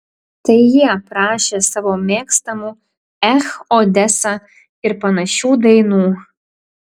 tai jie prašė savo mėgstamų ech odesa ir panašių dainų